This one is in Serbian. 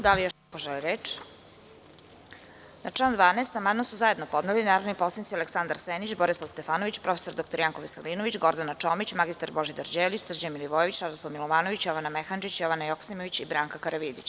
Da li još neko želi reč? (Ne.) Na član 12. amandman su zajedno podneli narodni poslanici Aleksandar Senić, Borislav Stefanović, prof. dr Janko Veselinović, Gordana Čomić, mr Božidar Đelić, Srđan Milivojević, Radoslav Milovanović, Jovana Mehandžić, Jovana Joksimović i Branka Karavidić.